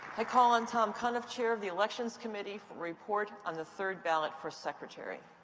i call on tom cunniff, chair of the elections committee, for a report on the third ballot for secretary.